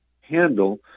handle